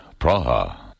Praha